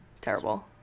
Terrible